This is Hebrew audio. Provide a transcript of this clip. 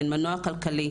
והן מנוע כלכלי,